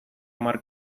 hamar